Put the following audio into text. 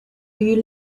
you